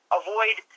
avoid